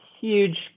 huge